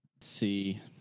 see